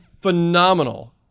phenomenal